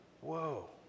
whoa